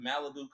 Malibu